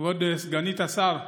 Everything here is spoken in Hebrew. כבוד סגנית השר חוטובלי,